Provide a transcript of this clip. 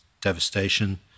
devastation